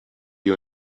you